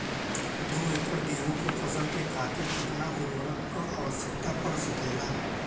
दो एकड़ गेहूँ के फसल के खातीर कितना उर्वरक क आवश्यकता पड़ सकेल?